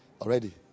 Already